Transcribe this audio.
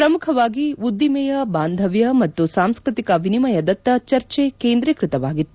ಪ್ರಮುಖವಾಗಿ ಉದ್ದಿಮೆಯ ಬಾಂಧವ್ಯ ಮತ್ತು ಸಾಂಸ್ವತಿಕ ವಿನಿಮಯದತ್ತ ಚರ್ಚೆ ಕೇಂದ್ರೀಕೃತವಾಗಿತ್ತು